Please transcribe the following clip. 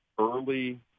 early